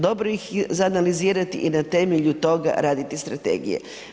Dobro ih izanalizirati i na temelju toga raditi strategije.